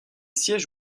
siège